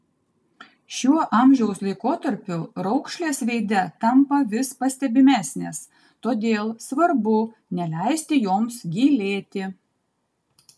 šiuo amžiaus laikotarpiu raukšlės veide tampa vis pastebimesnės todėl svarbu neleisti joms gilėti